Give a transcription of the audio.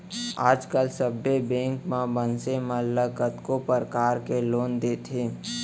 आज काल सबे बेंक मन मनसे मन ल कतको परकार के लोन देथे